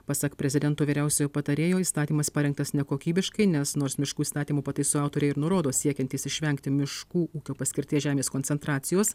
pasak prezidento vyriausiojo patarėjo įstatymas parengtas nekokybiškai nes nors miškų įstatymo pataisų autoriai nurodo siekiantys išvengti miškų ūkio paskirties žemės koncentracijos